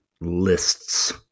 lists